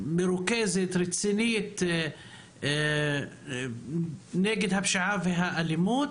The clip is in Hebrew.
מרוכזת ורצינית נגד הפשיעה והאלימות